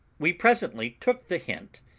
we presently took the hint,